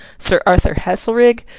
sir arthur haselrig,